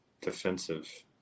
defensive